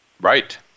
Right